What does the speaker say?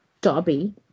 Dobby